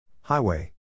Highway